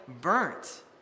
burnt